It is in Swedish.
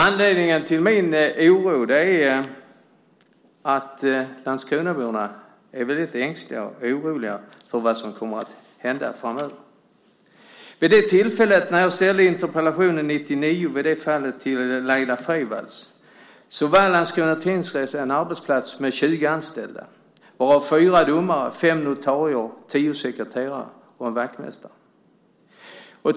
Anledningen till min oro är att Landskronaborna är väldigt ängsliga och oroliga för vad som kommer att hända framöver. Vid det tillfället, då jag ställde denna interpellation år 1999, i det fallet till Laila Freivalds, var Landskrona tingsrätt en arbetsplats med 20 anställda av vilka fyra var domare, fem notarier, tio sekreterare och en vaktmästare.